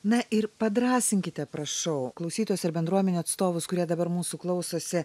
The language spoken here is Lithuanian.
na ir padrąsinkite prašau klausytojus ir bendruomenių atstovus kurie dabar mūsų klausosi